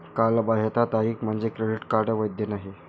कालबाह्यता तारीख म्हणजे क्रेडिट कार्ड वैध नाही